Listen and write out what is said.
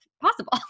possible